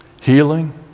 Healing